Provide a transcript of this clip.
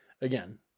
again